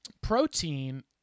protein